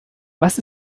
was